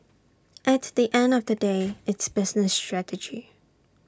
at the end of the day it's business strategy